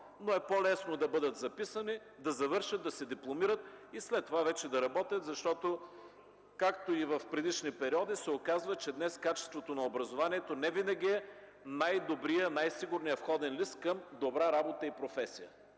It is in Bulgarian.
но е по-лесно да бъдат записани, да завършат, да се дипломират и след това вече – да работят, защото както и в предишни периоди се оказва, че днес качеството на образованието не винаги е най-добрият, най-сигурният входен лист към добра работа и професия.